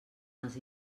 els